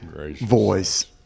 voice